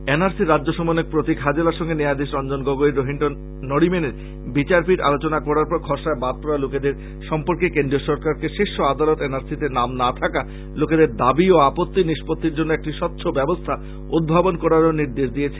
N R সির রাজ্য সমন্বয়ক প্রতীক হাজেলার সঙ্গে ন্যায়াধীশ রঞ্জন গগৈও রোহিন্টন নারিমেনের বিচারপীঠ আলোচনা করার পর খসড়ায় বাদপরা সব লোকেদের সম্পর্কে কেন্দ্রীয় সরকারকে শীর্ষ আদালত এন আর সি তে নাম না থাকা লোকেদের দাবী ও আপত্তি নিস্পত্তির জন্য একটি স্বচ্ছ ব্যবস্থা উদ্ভাবন করার ও নির্দেশ দিয়েছে